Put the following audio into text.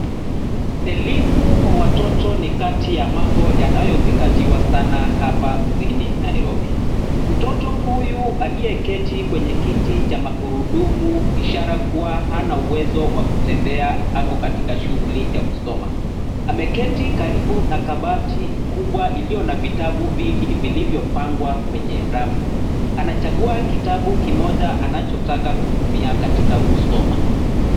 Elimu kwa watoto ni kati ya mambo yanayozingatiwa sana hapa mjini Nairobi. Mtoto huyu aliyeketi kwenye kiti cha magurudumu ishara kuwa hana uwezo wa kutembea ako katika shughuli ya kusoma. Ameketi karibu na kabati kubwa iliyo na vitabu vingi vilivyopangwa kwenye rafu. Anachagua kitabu kimoja anachotaka kutumia katika kusoma.